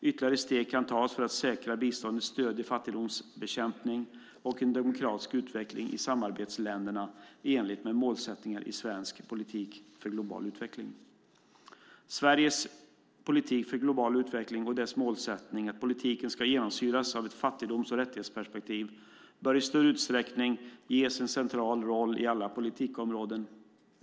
Ytterligare steg kan tas för att säkra att biståndet stöder fattigdomsbekämpning och en demokratisk utveckling i samarbetsländerna i enlighet med målsättningarna i svensk politik för global utveckling. Sveriges politik för global utveckling och dess målsättning att politiken ska genomsyras av ett fattigdoms och ett rättighetsperspektiv, bör i större utsträckning ges en central roll i alla politikområden.